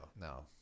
no